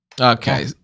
Okay